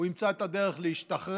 הוא ימצא את הדרך להשתחרר,